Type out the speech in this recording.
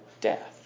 death